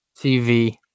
TV